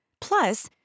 Plus